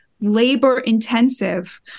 labor-intensive